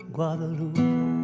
Guadalupe